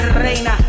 Reina